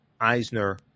eisner